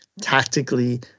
tactically